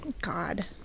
God